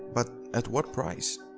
but at what price?